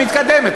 היא מתקדמת,